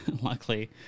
luckily